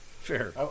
Fair